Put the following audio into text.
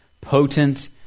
potent